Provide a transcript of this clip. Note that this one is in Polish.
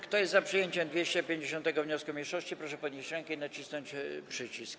Kto jest za przyjęciem 250. wniosku mniejszości, proszę podnieść rękę i nacisnąć przycisk.